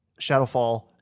Shadowfall